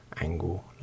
angle